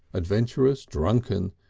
adventurous, drunken,